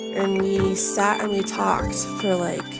and we sat and we talked for like